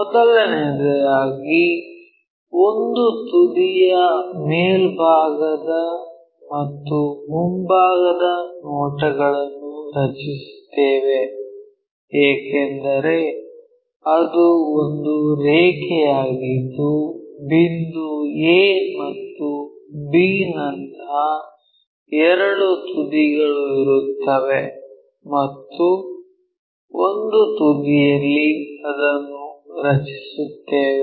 ಮೊದಲನೆಯದಾಗಿ ಒಂದು ತುದಿಯ ಮೇಲ್ಭಾಗದ ಮತ್ತು ಮುಂಭಾಗದ ನೋಟಗಳನ್ನು ರಚಿಸುತ್ತೇವೆ ಏಕೆಂದರೆ ಅದು ಒಂದು ರೇಖೆಯಾಗಿದ್ದು ಬಿಂದು a ಮತ್ತು b ನಂತಹ ಎರಡು ತುದಿಗಳು ಇರುತ್ತವೆ ಮತ್ತು ಒಂದು ತುದಿಯಲ್ಲಿ ಅದನ್ನು ರಚಿಸುತ್ತೇವೆ